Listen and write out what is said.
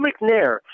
McNair